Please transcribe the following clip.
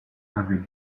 avec